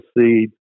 seed